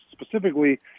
specifically